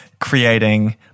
creating